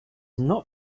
not